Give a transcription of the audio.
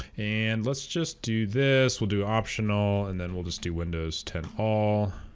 and let's just do this we'll do optional and then we'll just do windows ten all